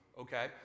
okay